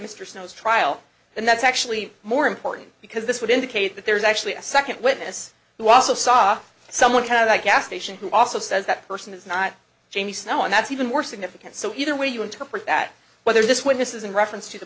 mr snow's trial and that's actually more important because this would indicate that there was actually a second witness who also saw someone had that gas station who also says that person is not james now and that's even more significant so either way you interpret that whether this witness is in reference to the